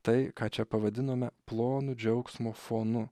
tai ką čia pavadinome plonu džiaugsmo fonu